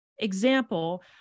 example